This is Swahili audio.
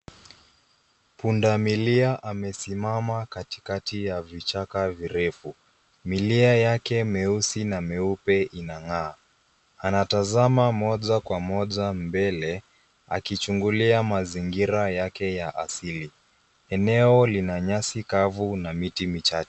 Punda milia amesimama katikati ya vichaka virefu. Milia yake mieusi na mieupe inang'aa. Anatazama moja kwa moja mbele akichungulia mazingira yake ya asili. Eneo lina nyasi kavu na miti michache.